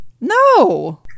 no